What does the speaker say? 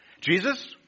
Jesus